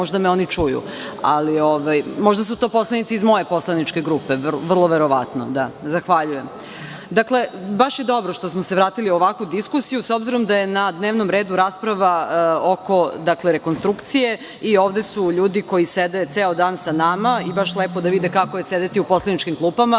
Možda me oni čuju. Možda su to poslanici iz moje poslaničke grupe, vrlo verovatno. Zahvaljujem. Dakle, baš je dobro što smo se vratili u ovakvu diskusiju, s obzirom da je na dnevnom redu rasprava oko rekonstrukcije i ovde su ljudi koji sede ceo dan sa nama, i baš je lepo da vide kako je sedeti u poslaničkim klupama,